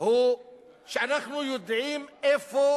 הוא שאנחנו יודעים איפה